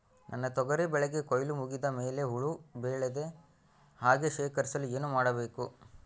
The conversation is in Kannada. ನನ್ನ ತೊಗರಿ ಬೆಳೆಗೆ ಕೊಯ್ಲು ಮುಗಿದ ಮೇಲೆ ಹುಳು ಬೇಳದ ಹಾಗೆ ಶೇಖರಿಸಲು ಏನು ಮಾಡಬೇಕು?